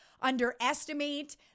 underestimate